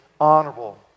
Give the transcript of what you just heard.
honorable